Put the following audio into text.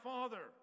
Father